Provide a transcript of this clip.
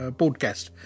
podcast